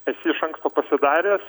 esi iš anksto pasidaręs